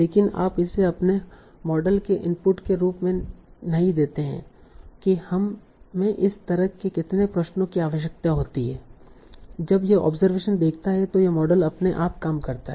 लेकिन आप इसे अपने मॉडल के इनपुट के रूप में नहीं देते हैं कि हमें इस तरह के कितने प्रश्नों की आवश्यकता होती है जब यह ऑब्जरवेशन देखता है तो यह मॉडल अपने आप काम करता है